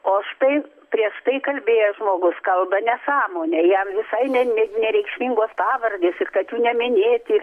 o štai prieš tai kalbėjęs žmogus kalba nesąmonę jam visai ne ne nereikšmingos pavardės ir kad jų neminėti